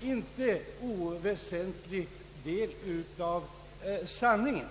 inte oväsentlig del av sanningen.